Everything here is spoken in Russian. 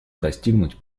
достигнуть